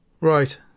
Right